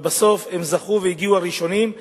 אבל בסוף הם זכו והגיעו הראשונים,